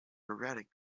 erratic